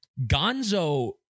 gonzo